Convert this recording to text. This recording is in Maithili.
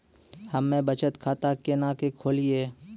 हम्मे बचत खाता केना के खोलियै?